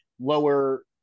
lower